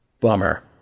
Bummer